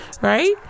right